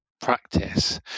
practice